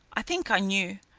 i think i knew.